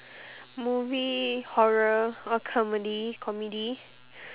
movie horror or comedy comedy